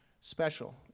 special